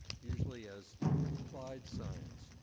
usually as applied science,